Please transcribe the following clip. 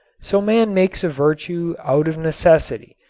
so man makes a virtue out of necessity,